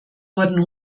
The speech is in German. wurden